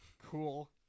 Cool